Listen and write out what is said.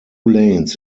lanes